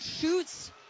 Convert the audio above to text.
shoots